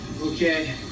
Okay